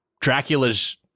Dracula's